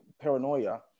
paranoia